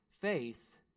Faith